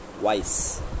Wise